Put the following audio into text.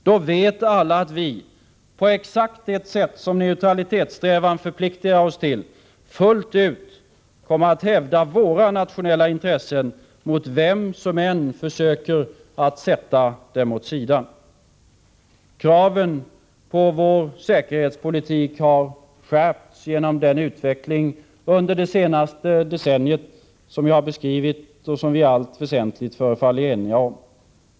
Då vet alla att vi, på exakt det sätt neutralitetssträvan förpliktigar oss till, fullt ut kommer att hävda våra nationella intressen mot vem som än försöker sätta dem åt sidan. Kraven på vår säkerhetspolitik har skärpts genom den utveckling under det senaste decenniet som jag har beskrivit och som vi i allt väsentligt förefaller ense om.